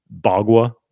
Bagua